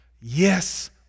Yes